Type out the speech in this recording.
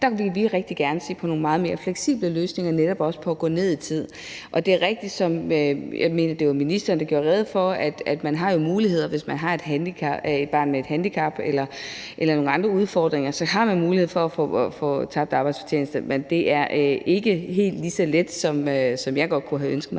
Der vil vi rigtig gerne se på nogle meget mere fleksible løsninger, netop også i forhold til at gå ned i tid. Det er rigtigt – jeg mener, det var ministeren, der gjorde rede for det – at man jo har muligheder, hvis man har et barn med et handicap eller nogle andre udfordringer. Så har man mulighed for at få godtgjort tabt arbejdsfortjeneste, men det er ikke helt lige så let, som jeg godt kunne have ønsket mig